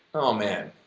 oh man,